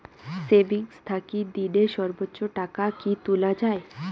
Savings থাকি দিনে সর্বোচ্চ টাকা কি তুলা য়ায়?